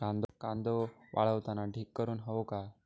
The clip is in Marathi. कांदो वाळवताना ढीग करून हवो काय?